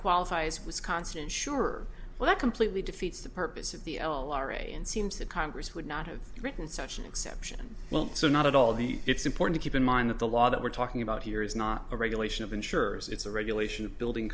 qualify as wisconsin insurer well that completely defeats the purpose of the l r a and seems that congress would not have written such an exception well so not at all the it's important to keep in mind that the law that we're talking about here is not a regulation of insurers it's a regulation of building